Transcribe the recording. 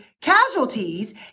casualties